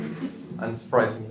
unsurprisingly